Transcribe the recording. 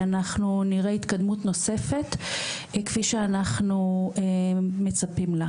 אנחנו נראה התקדמות נוספת כפי שאנחנו מצפים לה,